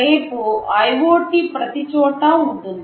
రేపు IoT ప్రతిచోటా ఉంటుంది